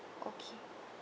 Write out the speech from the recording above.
okay